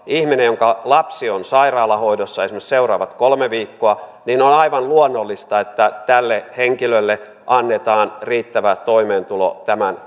ihminen jonka lapsi on sairaalahoidossa esimerkiksi seuraavat kolme viikkoa niin on aivan luonnollista että tälle henkilölle annetaan riittävä toimeentulo tämän